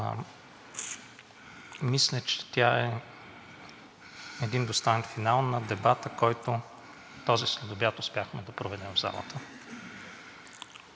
Мисля, че тя е един достоен финал на дебата, който този следобед успяхме да проведем в залата.